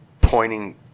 pointing